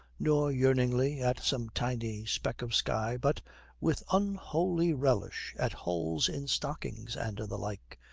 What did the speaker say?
nor yearningly at some tiny speck of sky, but with unholy relish at holes in stockings, and the like,